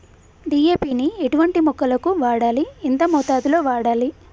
DAP ని ఎటువంటి మొక్కలకు వాడాలి? ఎంత మోతాదులో వాడాలి?